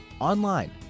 online